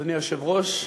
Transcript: אדוני היושב-ראש,